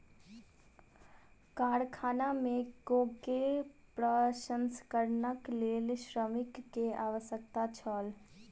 कारखाना में कोको प्रसंस्करणक लेल श्रमिक के आवश्यकता छल